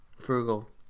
Frugal